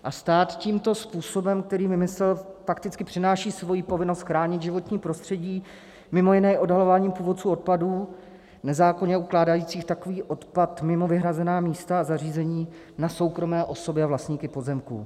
A stát tímto způsobem, který vymyslel, fakticky přenáší svoji povinnost chránit životní prostředí mimo jiné i odhalováním původců odpadů nezákonně ukládajících takový odpad mimo vyhrazená místa a zařízení na soukromé osoby a vlastníky pozemků.